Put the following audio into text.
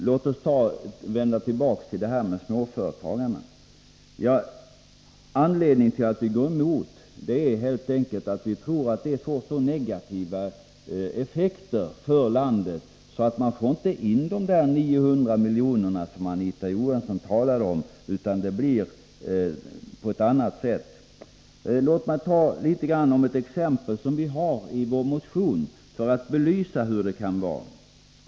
Låt oss vända tillbaka till detta med småföretagarna. Anledningen till att vi går emot förslaget är helt enkelt att vi tror att det får så negativa effekter för landet att man inte får in de där 900 miljonerna som Anita Johansson talar om. Jag vill något beröra ett exempel som vi har i vår motion för att belysa hur det kan vara.